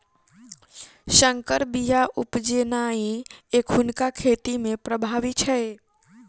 सँकर बीया उपजेनाइ एखुनका खेती मे प्रभावी छै